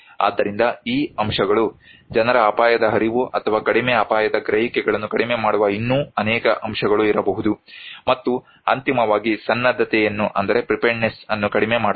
ಆದ್ದರಿಂದ ಈ ಅಂಶಗಳು ಜನರ ಅಪಾಯದ ಅರಿವು ಅಥವಾ ಕಡಿಮೆ ಅಪಾಯದ ಗ್ರಹಿಕೆಗಳನ್ನು ಕಡಿಮೆ ಮಾಡುವ ಇನ್ನೂ ಅನೇಕ ಅಂಶಗಳು ಇರಬಹುದು ಮತ್ತು ಅಂತಿಮವಾಗಿ ಸನ್ನದ್ಧತೆಯನ್ನು ಕಡಿಮೆ ಮಾಡುತ್ತದೆ